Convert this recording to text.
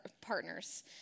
partners